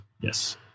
Yes